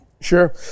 Sure